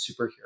superhero